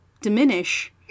diminish